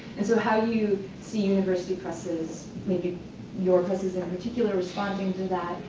and so how you see university presses maybe your presses in particular responding to that,